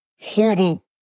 horrible